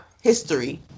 history